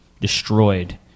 destroyed